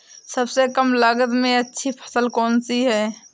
सबसे कम लागत में अच्छी फसल कौन सी है?